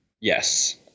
Yes